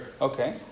Okay